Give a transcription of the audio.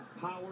power